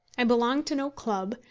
i belonged to no club,